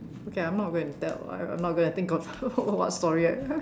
okay I'm not going to tell I I'm not going think of what what story I